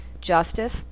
justice